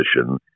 position